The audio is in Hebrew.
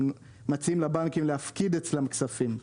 הם מציעים לבנקים להפקיד אצלם כספים,